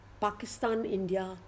Pakistan-India